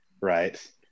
right